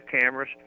cameras